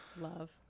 Love